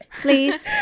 please